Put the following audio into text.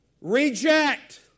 reject